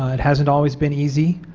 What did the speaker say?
ah it hasn't always been easy,